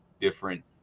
different